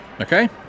Okay